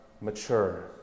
mature